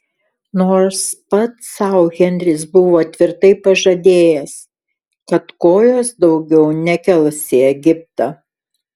nors pats sau henris buvo tvirtai pažadėjęs kad kojos daugiau nekels į egiptą